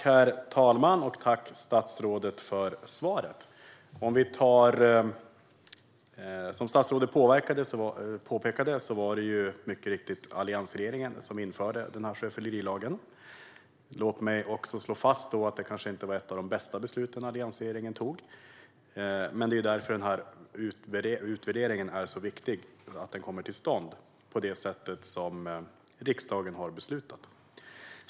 Herr talman! Tack, statsrådet, för svaret! Som statsrådet påpekade var det mycket riktigt alliansregeringen som införde den här sjöfyllerilagen. Låt mig också slå fast att det kanske inte var ett av de bästa besluten som alliansregeringen tog, men det är därför som det är så viktigt att den här utvärderingen kommer till stånd på det sätt som riksdagen har beslutat.